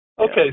Okay